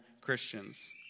Christians